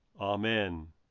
Amen